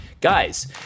Guys